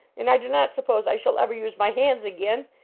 and i do not suppose i shall ever use my hands again.